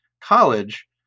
college